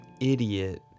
idiot